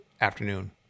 afternoon